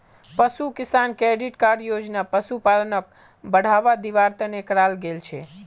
पशु किसान credit card योजना पशुपालनक बढ़ावा दिवार तने कराल गेल छे